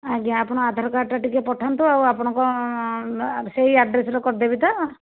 ଆଜ୍ଞା ଆପଣ ଆଧାର କାର୍ଡଟା ଟିକେ ପଠାନ୍ତୁ ଆଉ ଆପଣଙ୍କ ସେଇ ଆଡ୍ରେସରେ କରିଦେବି ତ